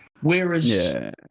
Whereas